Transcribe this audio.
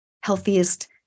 healthiest